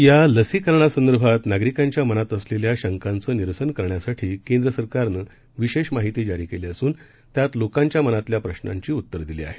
या लसीकरणासंदर्भात नागरिकांच्या मनात असलेल्या शंकांचं निरसन करण्यासाठी केंद्रसरकारनं विशेष माहिती जारी केली असून त्यात लोकांच्या मनातल्या प्रशांची उत्तरं दिली आहेत